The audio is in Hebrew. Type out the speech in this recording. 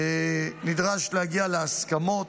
נדרש להגיע להסכמות